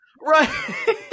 right